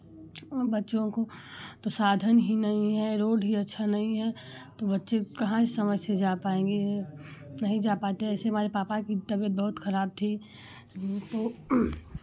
उन बच्चों को तो साधन ही नहीं है रोड भी अच्छा नहीं है तो बच्चे कहाँ ही समय से जा पाएंगे नहीं जा पाते ऐसे ही हमारे पापा की तबियत बहुत खराब थी तो